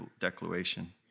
declaration